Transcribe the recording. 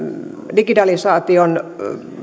digitalisaation